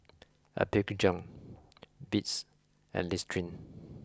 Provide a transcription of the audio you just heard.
Apgujeong Beats and Listerine